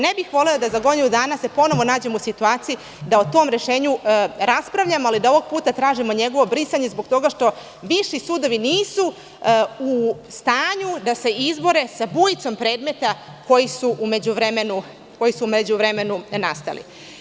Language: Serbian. Ne bih volela da za godinu dana se ponovo nađemo u situaciji da o tom rešenju raspravljamo, ali da ovoga puta tražimo njegovo brisanje zbog toga što viši sudovi nisu u stanju da se izbore sa bujicom predmeta koji su u međuvremenu nastali.